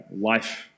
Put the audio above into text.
life